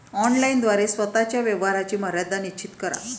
online द्वारे स्वतः च्या व्यवहाराची मर्यादा निश्चित करा